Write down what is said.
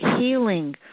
healing